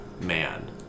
man